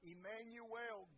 Emmanuel